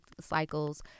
cycles